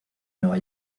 nueva